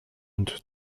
und